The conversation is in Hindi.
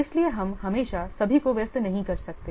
इसलिए हम हमेशा सभी को व्यस्त नहीं कर सकते